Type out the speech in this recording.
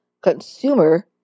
consumer